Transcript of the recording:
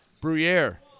Bruyere